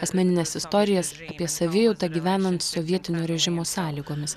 asmenines istorijas apie savijautą gyvenant sovietinio režimo sąlygomis